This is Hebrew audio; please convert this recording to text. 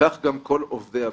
כך גם כל עובדי הבנק.